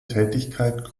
tätigkeit